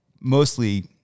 mostly